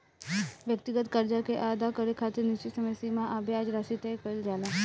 व्यक्तिगत कर्जा के अदा करे खातिर निश्चित समय सीमा आ ब्याज राशि तय कईल जाला